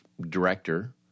director